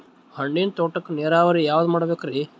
ಹಣ್ಣಿನ್ ತೋಟಕ್ಕ ನೀರಾವರಿ ಯಾದ ಮಾಡಬೇಕ್ರಿ?